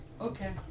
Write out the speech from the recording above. Okay